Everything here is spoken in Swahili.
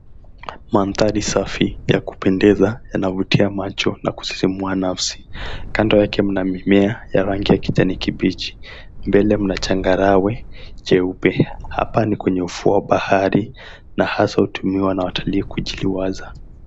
Mandhari safi ya kupendeza yanavutia macho na kusisimua nafsi kando yake, mna mimea ya rangi ya kijani kibichi mbele, mna changarawe nyeupe. Hapa ni kwenye ufuo wa bahari na hasa hutumiwa na watalii kujikwaza.